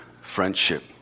friendship